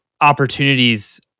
opportunities